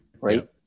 right